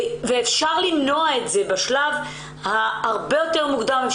אפשר למנוע את זה בשלב הרבה יותר מוקדם.